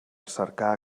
cercar